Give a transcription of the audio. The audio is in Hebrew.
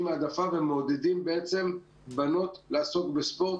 העדפה ומעודדים בנות לעסוק בספורט.